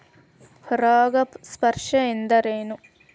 ಪರಾಗಸ್ಪರ್ಶ ಅಂದರೇನು?